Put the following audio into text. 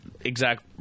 exact